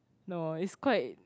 no it's quite